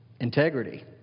Integrity